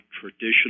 traditional